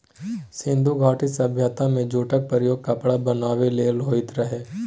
सिंधु घाटी सभ्यता मे जुटक प्रयोग कपड़ा बनाबै लेल होइत रहय